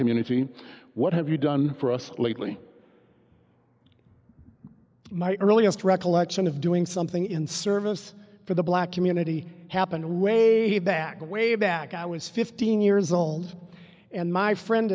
community and what have you done for us lately my earliest recollection of doing something in service for the black community happened way back way back i was fifteen years old and my friend